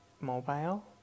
mobile